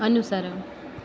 અનુસરણ